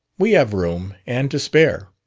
we have room and to spare.